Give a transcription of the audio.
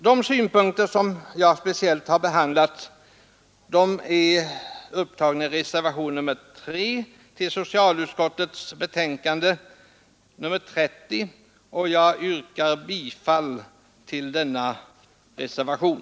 De synpunkter som jag har anfört är upptagna i reservationen 3, och jag yrkar, herr talman, bifall till denna reservation.